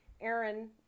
aaron